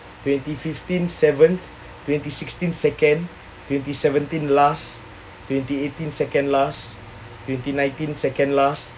twenty fifteen seventh twenty sixteen second twenty seventeen last twenty eighteen second last twenty nineteen second last